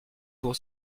pour